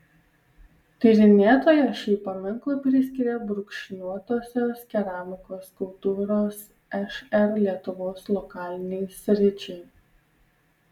tyrinėtoja šį paminklą priskiria brūkšniuotosios keramikos kultūros šr lietuvos lokalinei sričiai